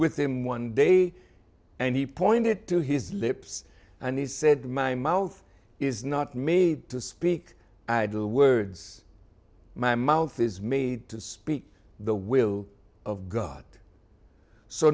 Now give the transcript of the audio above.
with him one day and he pointed to his lips and he said my mouth is not made to speak to the words my mouth is made to speak the will of god so